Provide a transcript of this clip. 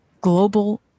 global